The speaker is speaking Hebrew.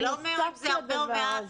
זה לא אומר אם זה הרבה או מעט.